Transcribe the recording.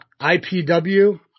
IPW